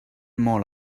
molt